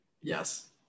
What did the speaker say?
Yes